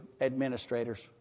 administrators